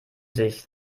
sich